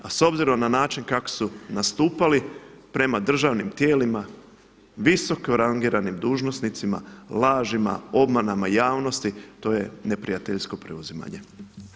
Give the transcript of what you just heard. A s obzirom na način kako su nastupali prema državnim tijelima visoko rangiranim dužnosnicima, lažima, obmanama javnosti to je neprijateljsko preuzimanje.